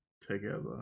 together